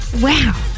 Wow